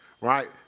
right